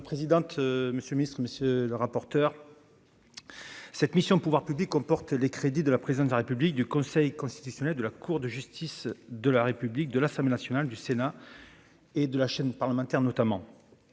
Madame la présidente, monsieur le ministre, mes chers collègues, la mission « Pouvoirs publics » comprend les crédits de la présidence de la République, du Conseil constitutionnel, de la Cour de justice de la République, de l'Assemblée nationale, du Sénat et de la chaîne parlementaire, notamment.